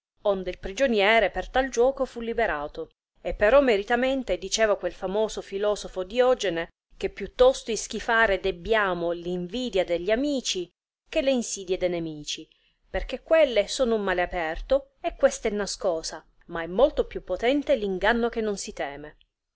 onde il prigioniere per tal giuoco fu liberato e però meritamente diceva quel famoso filosofo diogene che più tosto ischifare debbiamo invidia de gli amici che le insidie de nemici perchè quelle sono un male aperto e questa è nascosa ma è molto più potente r inganno che non si teme